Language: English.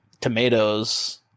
Tomatoes